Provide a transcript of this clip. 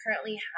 currently